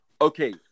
Okay